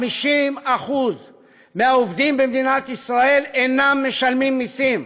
50% מהעובדים במדינת ישראל אינם משלמים מסים,